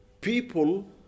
people